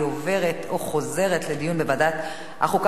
לוועדת החוקה,